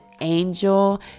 angel